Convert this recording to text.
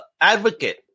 advocate